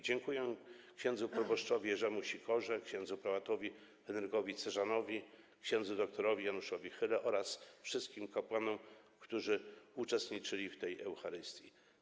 Dziękuję księdzu proboszczowi Jerzemu Sikorze, księdzu prałatowi Henrykowi Cyrzanowi, ks. dr. Januszowi Chyle oraz wszystkim kapłanom, którzy uczestniczyli w tej Eucharystii.